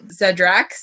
Zedrax